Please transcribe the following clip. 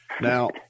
Now